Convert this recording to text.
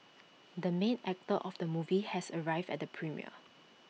the main actor of the movie has arrived at the premiere